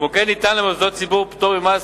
כמו כן ניתן למוסדות ציבור פטור ממס